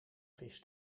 vis